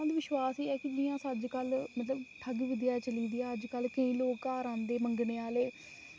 अंधविश्वास एह् ऐ की जियां अस अज्जकल ठग विद्या चली दी ठग विद्या जियां केईं लोग घर औमंदे मंग्गने गी